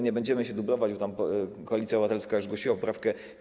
Nie będziemy się dublować, bo Koalicja Obywatelska już zgłosiła poprawkę.